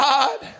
God